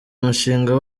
mushinga